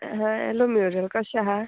hello Muriel कशें आहा